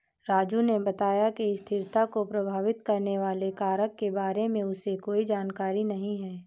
राजू ने बताया कि स्थिरता को प्रभावित करने वाले कारक के बारे में उसे कोई जानकारी नहीं है